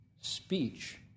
speech